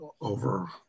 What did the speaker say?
over